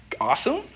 awesome